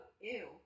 ew